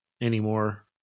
anymore